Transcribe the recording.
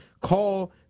call